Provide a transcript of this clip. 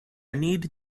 need